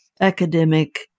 academic